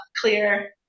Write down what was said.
clear